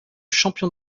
champion